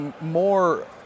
more